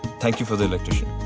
thank you for the electrician.